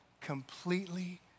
completely